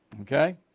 okay